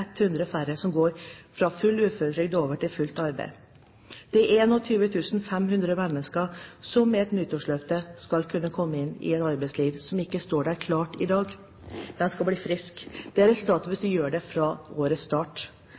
100 færre som går fra full uføretrygd og over til fullt arbeid – det er 21 500 mennesker som i et nyttårsløfte skal kunne komme inn i et arbeidsliv som ikke står der klart i dag, de skal bli friske. Det er resultatet hvis dette gjøres fra årets start.